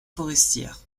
forestière